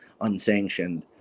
unsanctioned